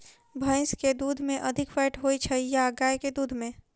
भैंस केँ दुध मे अधिक फैट होइ छैय या गाय केँ दुध में?